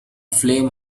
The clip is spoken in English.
flame